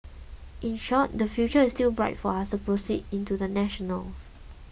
in short the future is still bright for us to proceed into the national's